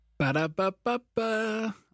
Ba-da-ba-ba-ba